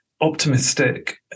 optimistic